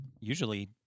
usually